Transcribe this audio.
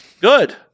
Good